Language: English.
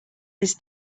this